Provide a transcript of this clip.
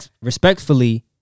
Respectfully